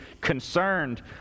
concerned